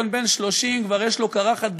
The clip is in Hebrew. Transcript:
כל בן 30 כבר יש לו קרחת,